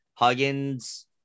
Huggins